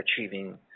achieving